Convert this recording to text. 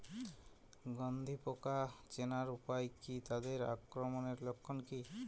গন্ধি পোকা চেনার উপায় কী তাদের আক্রমণের লক্ষণ কী?